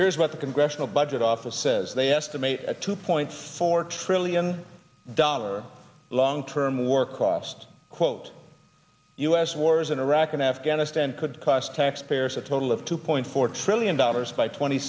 here's what the congressional budget office says they estimate a two point four trillion dollar long term war cost quote us wars in iraq and afghanistan could cost taxpayers a total of two point four trillion dollars by tw